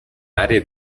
area